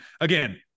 again